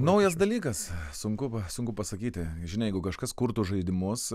naujas dalykas sunku sunku pasakyti žinai jeigu kažkas kurtų žaidimus